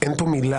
שאין פה מילה,